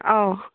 ꯑꯥꯎ